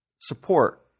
support